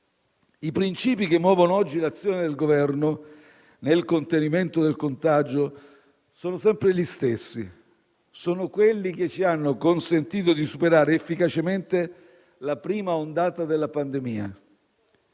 I principi che muovono oggi l'azione del Governo nel contenimento del contagio sono sempre gli stessi; sono quelli che ci hanno consentito di superare efficacemente la prima ondata della pandemia: